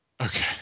Okay